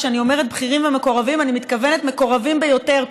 וכשאני אומרת בכירים ומקורבים אני מתכוונת למקורבים ביותר,